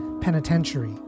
Penitentiary